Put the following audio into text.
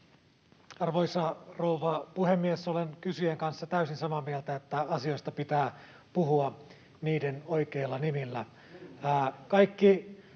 Arvoisa rouva puhemies! Olen kysyjän kanssa täysin samaa mieltä, että asioista pitää puhua niiden oikeilla nimillä.